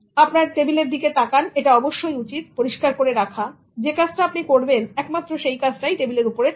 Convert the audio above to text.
আপনার টেবিলের দিকে তাকান এটা অবশ্যই উচিৎ পরিষ্কার করে রাখা যে কাজটা আপনি করবেন একমাত্র সেই কাজটাই টেবিলের উপরে থাকবে